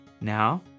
Now